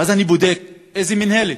ואז אני בודק איזה מינהלת,